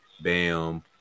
bam